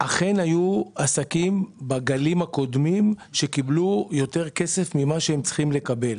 אכן היו עסקים בגלים הקודמים שקיבלו יותר כסף ממה שהם צריכים לקבל.